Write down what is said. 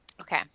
Okay